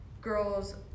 girls –